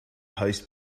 host